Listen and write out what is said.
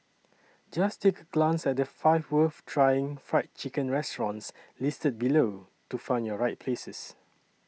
just take a glance at the five worth trying Fried Chicken restaurants listed below to find your right places